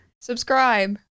subscribe